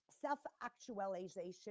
self-actualization